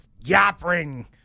yapping